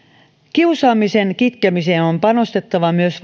kiusaamisen kitkemiseen on panostettava myös